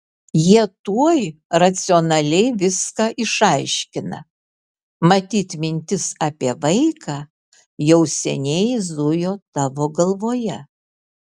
jie tuoj racionaliai viską išaiškina matyt mintis apie vaiką jau seniai zujo tavo galvoje